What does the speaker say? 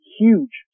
huge